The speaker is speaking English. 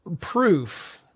proof